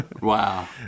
Wow